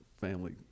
family